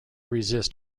resist